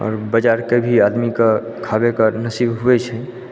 आओर बाजारके भी आदमीके खाबैके नसीब होइ छै